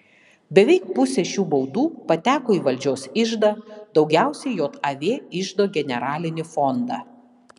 beveik pusė šių baudų pateko į valdžios iždą daugiausiai jav iždo generalinį fondą